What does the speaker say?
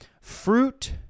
Fruit